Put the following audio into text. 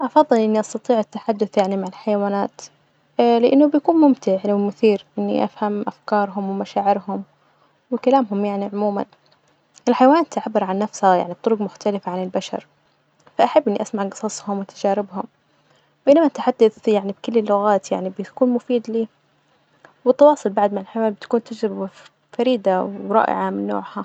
أفضل إني أستطيع التحدث يعني مع الحيوانات لإنه بيكون ممتع ومثير إني أفهم أفكارهم ومشاعرهم وكلامهم يعني عموما، الحيوانات تعبر عن نفسها يعني بطرج مختلفة عن البشر، فأحب إني أسمع جصصهم وتجاربهم، بينما التحدث يعني بكل اللغات يعني بيكون مفيد لي، والتواصل بعد مع الحيوان بتكون تجربة ف- فريدة ورائعة من نوعها.